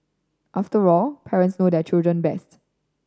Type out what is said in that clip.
after all parents know their children best